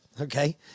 okay